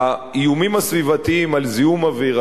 האיומים הסביבתיים של זיהום אוויר,